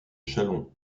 châlons